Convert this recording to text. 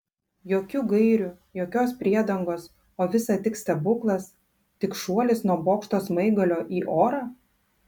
jokių gairių jokios priedangos o visa tik stebuklas tik šuolis nuo bokšto smaigalio į orą